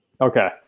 Okay